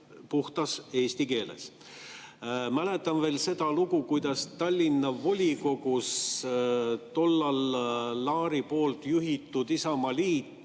puhtas eesti keeles. Mäletan veel seda lugu, kuidas Tallinna volikogus tollal Laari juhitud Isamaaliit